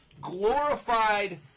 glorified